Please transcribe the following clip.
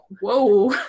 Whoa